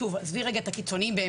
ועזבו לרגע את הקיצוניים.